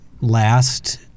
last